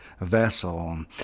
vessel